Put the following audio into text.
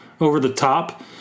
over-the-top